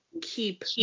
keep